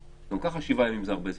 גם ככה שבעה ימים זה הרבה זמן,